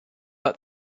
but